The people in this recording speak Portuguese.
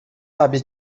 sabe